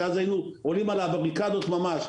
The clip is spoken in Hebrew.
כי אז היינו עולים על הבריקדות ממש.